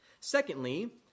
Secondly